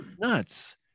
Nuts